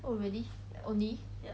oh really only